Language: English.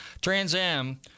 Trans-Am